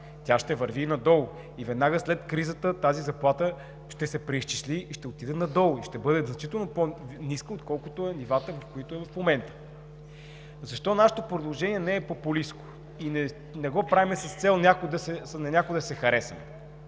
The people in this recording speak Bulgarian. Тя ще върви и надолу и веднага след кризата тази заплата ще се преизчисли и ще отиде надолу, ще бъде значително по-ниска, отколкото са нивата в момента. Защо нашето предложение не е популистко и не го правим с цел на някого да се харесаме?